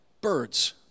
birds